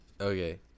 Okay